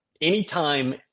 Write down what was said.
Anytime